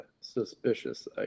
suspicious